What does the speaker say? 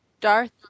Darth